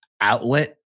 outlet